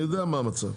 אני יודע מה המצב.